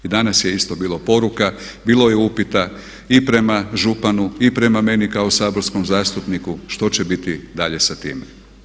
I danas je isto bilo poruka, bilo je upita i prema županu i prema meni kao saborskom zastupniku što će biti dalje sa time.